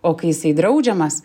o kai jisai draudžiamas